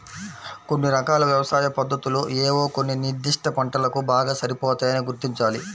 కొన్ని రకాల వ్యవసాయ పద్ధతులు ఏవో కొన్ని నిర్దిష్ట పంటలకు బాగా సరిపోతాయని గుర్తించాలి